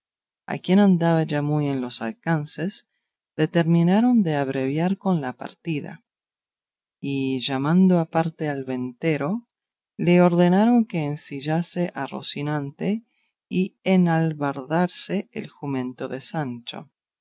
a quien andaba ya muy en los alcances determinaron de abreviar con la partida y llamando aparte al ventero le ordenaron que ensillase a rocinante y enalbardase el jumento de sancho